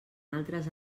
altres